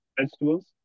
vegetables